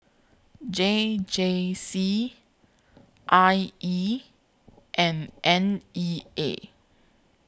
J J C I E and N E A